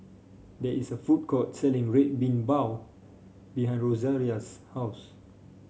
there is a food court selling Red Bean Bao behind Rosaria's house